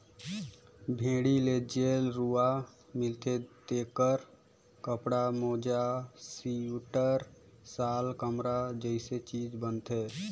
भेड़ी ले जेन रूआ मिलथे तेखर कपड़ा, मोजा सिवटर, साल, कमरा जइसे चीज बनथे